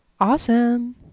awesome